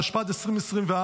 התשפ"ד 2024,